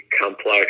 complex